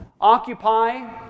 occupy